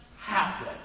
happen